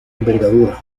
envergadura